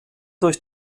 durch